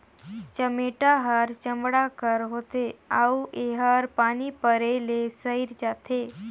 चमेटा हर चमड़ा कर होथे अउ एहर पानी परे ले सइर जाथे